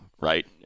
right